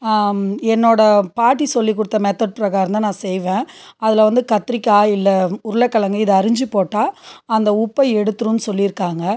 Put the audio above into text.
என்னோடய பாட்டி சொல்லி கொடுத்த மெத்தெட் ப்ரகாரம் தான் நான் செய்வேன் அதில் வந்து கத்திரிக்காய் இல்லை உருளைகிழங்கு இதை அரிஞ்சி போட்டால் அந்த உப்பை எடுத்துரும்னு சொல்லிருக்காங்கள்